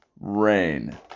rain